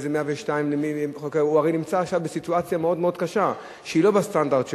אם זה 102. הוא הרי נמצא עכשיו בסיטואציה מאוד קשה שהיא לא בסטנדרט שלו.